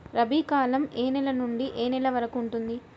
రబీ కాలం ఏ నెల నుండి ఏ నెల వరకు ఉంటుంది?